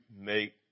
make